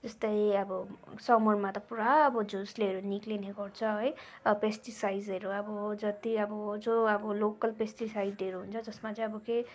जस्तै अब समरमा त पुरा अब झुसुलेहरू निक्लिने गर्छ है अब पेस्टिसाइडहरू अब जति अब जो अब लोकल पेस्टिसाइडहरू हुन्छ जसमा चाहिँ अब केही